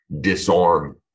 disarm